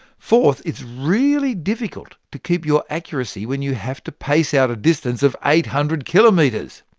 fourth, it's really difficult to keep your accuracy when you have to pace out a distance of eight hundred kilometres.